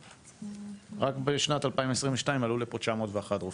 רק בשנת 2022 עלו לפה 901 רופאים,